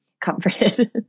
comforted